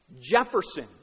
Jefferson